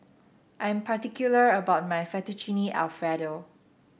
I am particular about my Fettuccine Alfredo